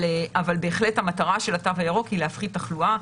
אבל בהחלט המטרה של התו הירוק היא לפחית תחלואה,